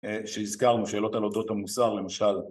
שהזכרנו, שאלות על אותו מוסר, למשל